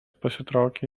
pasitraukė